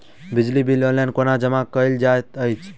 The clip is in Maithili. बिजली बिल ऑनलाइन कोना जमा कएल जाइत अछि?